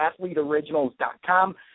athleteoriginals.com